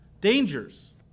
Dangers